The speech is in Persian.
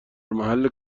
محل